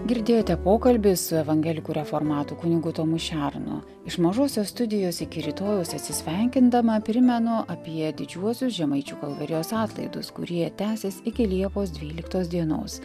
girdėjote pokalbį su evangelikų reformatų kunigu tomu šernu iš mažosios studijos iki rytojaus atsisveikindama primenu apie didžiuosius žemaičių kalvarijos atlaidus kurie tęsis iki liepos dvyliktos dienos